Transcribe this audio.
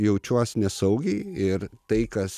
jaučiuos nesaugiai ir tai kas